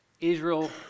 Israel